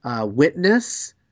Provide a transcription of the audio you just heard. Witness